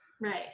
Right